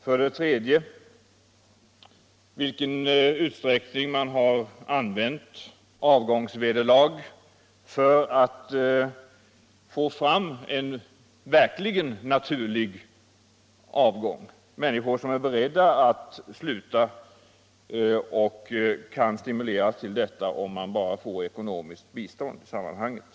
För det tredje gäller det i vilken utsträckning man har använt avgångsvederlag för att stimulera fram en naturlig avgång — människor som är beredda att sluta om de bara får ekonomiskt bistånd i sammanhanget.